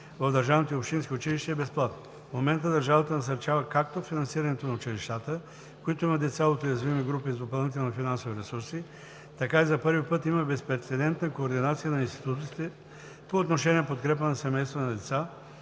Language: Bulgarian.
в държавните и общински училища е безплатно. В момента държавата насърчава както финансирането на училищата, в които има деца от уязвими групи с допълнителни финансови ресурси, така и за първи път има безпрецедентна координация на институциите по отношение подкрепа на семействата на деца,